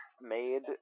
made